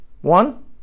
One